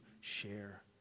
share